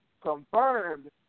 confirmed